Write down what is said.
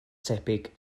tebyg